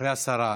אחרי השרה.